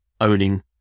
owning